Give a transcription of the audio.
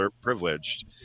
privileged